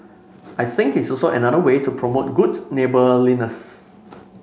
I think it's also another way to promote good neighbourliness